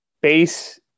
base